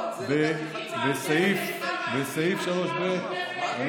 בסעיף 3ב --- הוא אמר,